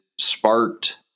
sparked